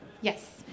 Yes